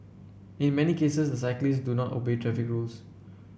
in many cases the cyclists do not obey traffic rules